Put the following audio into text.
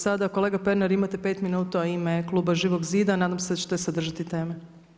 Sada kolega Pernar imate pet minuta u ime kluba Živog zida, nadam se da ćete se držati teme.